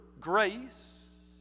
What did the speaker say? grace